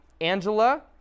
Angela